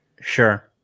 Sure